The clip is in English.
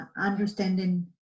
understanding